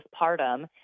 postpartum